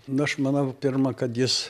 na aš manau pirma kad jis